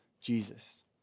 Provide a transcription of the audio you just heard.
Jesus